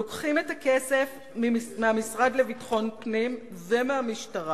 לוקחים את הכסף מהמשרד לביטחון פנים ומהמשטרה,